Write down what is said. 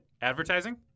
Advertising